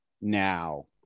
Now